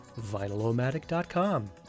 vinylomatic.com